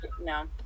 No